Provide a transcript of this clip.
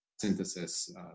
synthesis